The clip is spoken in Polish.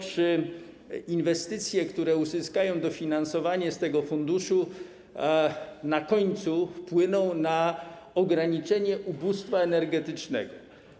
Czy inwestycje, które uzyskają dofinansowanie z tego funduszu, na koniec wpłyną na ograniczenie ubóstwa energetycznego?